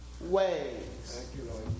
ways